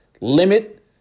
limit